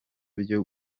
byo